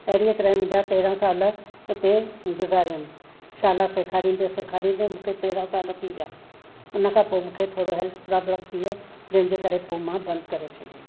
अहिड़ीअ तरह मुंहिंजा तेरहं साल हुते गुज़ारियमि शाला सेखारींदे सेखारींदे मूंखे तेरहं साल थी विया उन खां पोइ मूंखे थोरो हैल्थ प्रॉब्लम थी वियो जंहिंजे करे पोइ मां बंदि करे छ्ॾी